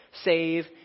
save